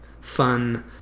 fun